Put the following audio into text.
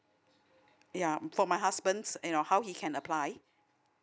ya for my husband's you know how he can apply